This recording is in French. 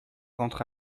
rentre